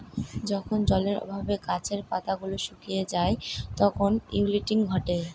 যখন জলের অভাবে গাছের পাতা গুলো শুকিয়ে যায় তখন উইল্টিং ঘটে